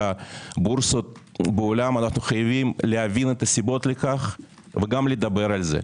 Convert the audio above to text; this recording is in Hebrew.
הבורסות בעולם אנחנו חייבים להבין את הסיבות לכך וגם לדבר על זה.